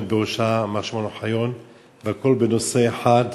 שמר שמעון אוחיון עומד בראשה, והכול בנושא אחד,